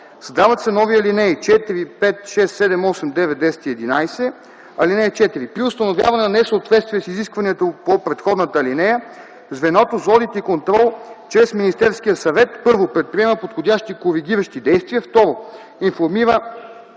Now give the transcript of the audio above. Създават се нови алинеи 4, 5, 6, 7, 8, 9, 10 и 11: „(4) При установяване на несъответствие с изискванията по предходната алинея звеното за одит и контрол чрез Министерския съвет: 1. предприема подходящи коригиращи действия; 2. информира